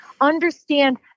understand